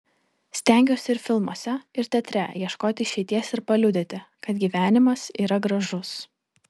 stengiuosi ir filmuose ir teatre ieškoti išeities ir paliudyti kad gyvenimas yra gražus